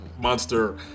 monster